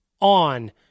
on